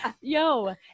Yo